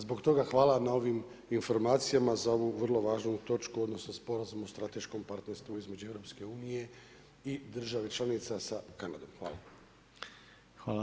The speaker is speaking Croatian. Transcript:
Zbog toga hvala na ovim informacijama za ovu vrlo važnu točku odnosno Sporazum o strateškom partnerstvu između EU-a i država članica sa Kanadom, hvala vam.